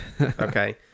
Okay